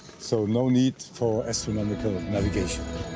so, no need for astronomical navigation.